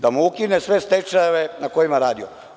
Da mu ukine sve stečajeve na kojima je radio.